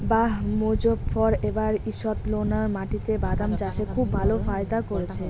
বাঃ মোজফ্ফর এবার ঈষৎলোনা মাটিতে বাদাম চাষে খুব ভালো ফায়দা করেছে